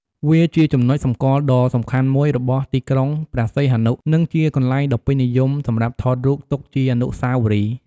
វាជាចំណុចសម្គាល់ដ៏សំខាន់មួយរបស់ទីក្រុងព្រះសីហនុ និងជាកន្លែងដ៏ពេញនិយមសម្រាប់ថតរូបទុកជាអនុស្សាវរីយ៍។